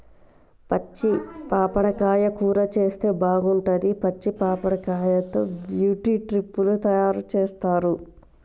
పచ్చి పప్పడకాయ కూర చేస్తే బాగుంటది, పచ్చి పప్పడకాయతో ట్యూటీ ఫ్రూటీ లు తయారు చేస్తారు